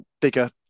bigger